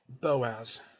boaz